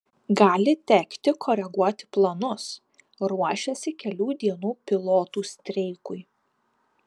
gali tekti koreguoti planus ruošiasi kelių dienų pilotų streikui